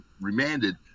remanded